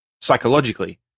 psychologically